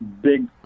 big